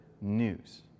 news